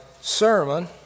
sermon